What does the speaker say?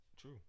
true